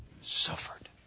suffered